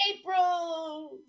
April